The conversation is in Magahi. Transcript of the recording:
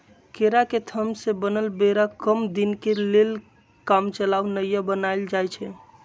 केरा के थम से बनल बेरा कम दीनके लेल कामचलाउ नइया बनाएल जाइछइ